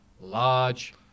large